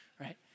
right